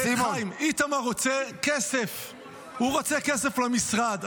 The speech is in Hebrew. -- איתמר רוצה כסף, הוא רוצה כסף למשרד.